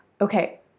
Okay